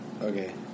Okay